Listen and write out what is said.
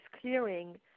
clearing